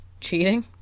Cheating